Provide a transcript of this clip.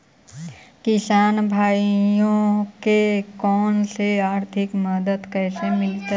किसान भाइयोके कोन से आर्थिक मदत कैसे मीलतय?